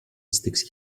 sticks